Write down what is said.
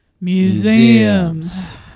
museums